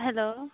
hello